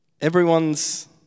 Everyone's